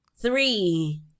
Three